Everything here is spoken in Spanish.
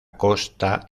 costa